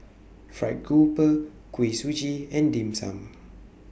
Fried Grouper Kuih Suji and Dim Sum